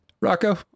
Rocco